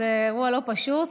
זה אירוע לא פשוט,